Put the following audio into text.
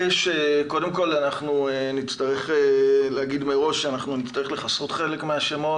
קודם כל אנחנו נצטרך להגיד מראש שאנחנו נצטרך להוריד חלק מהשמות.